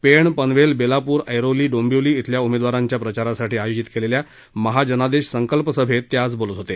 पेण पनवेल बेलापूर ऐरोली डोंबिवली इथल्या उमेदवारांच्या प्रचारासाठी आयोजित केलेल्या महाजनादेश संकल्प सभेत ते आज बोलत होते